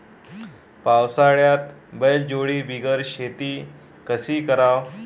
पावसाळ्यात बैलजोडी बिगर शेती कशी कराव?